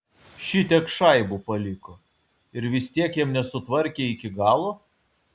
šitiek šaibų paliko ir vis tiek jam nesutvarkė iki galo